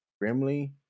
Grimly